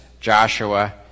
Joshua